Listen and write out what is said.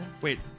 Wait